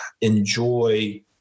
enjoy